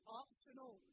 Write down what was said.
optional